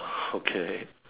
okay